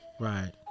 Right